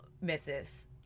misses